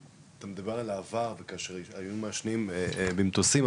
אתה מדבר על העבר וכאשר היו מעשנים במטוסים,